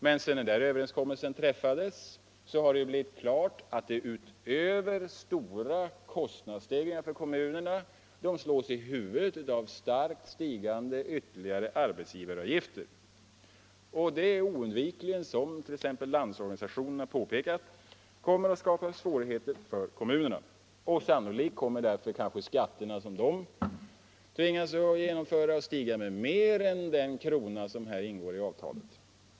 Men sedan den överenskommelsen träffades har det blivit klart att kommunerna utöver stora kostnadsökningar slås av ytterligare starkt stegrade arbetsgivaravgifter. Detta kommer oundvikligen, som Landsorganisationen har påpekat, att skapa svårigheter för kommunerna. Och sannolikt kommer de skatter som kommunerna tvingas ta ut att stiga med mer än den krona som här ingår i avtalet.